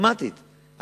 אני